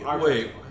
Wait